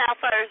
first